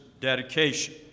dedication